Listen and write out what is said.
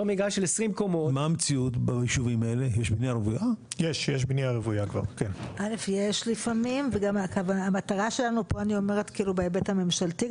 "ישוב קהילתי כפרי או אגודה שיתופית,